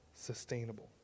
sustainable